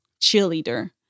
cheerleader